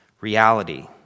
reality